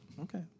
okay